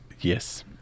Yes